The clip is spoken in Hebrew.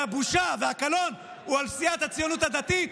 והבושה והקלון הם על סיעת הציונות הדתית,